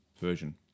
version